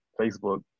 facebook